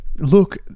Look